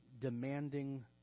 demanding